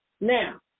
Now